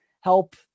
help